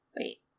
Wait